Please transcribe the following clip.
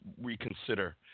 reconsider